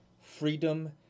freedom